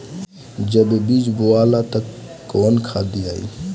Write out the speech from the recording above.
जब बीज बोवाला तब कौन खाद दियाई?